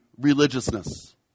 religiousness